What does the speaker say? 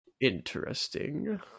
Interesting